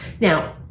Now